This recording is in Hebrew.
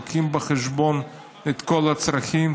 לוקחים בחשבון את כל הצרכים,